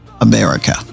America